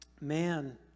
man